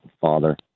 father